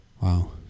Wow